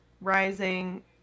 rising